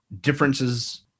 differences